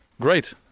Great